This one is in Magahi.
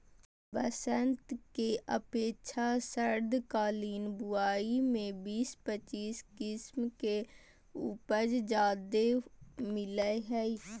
बसंत के अपेक्षा शरदकालीन बुवाई में बीस पच्चीस किस्म के उपज ज्यादे मिलय हइ